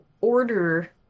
order